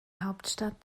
hauptstadt